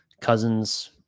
cousins